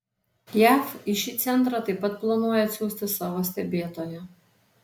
jav į šį centrą taip pat planuoja atsiųsti savo stebėtoją